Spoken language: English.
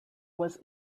was